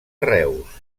reus